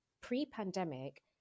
pre-pandemic